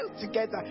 together